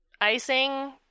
icing